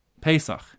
Pesach